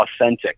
authentic